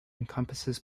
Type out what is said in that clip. encompasses